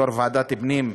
יושב-ראש ועדת הפנים.